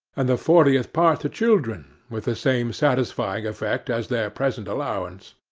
and the fortieth part to children, with the same satisfying effect as their present allowance.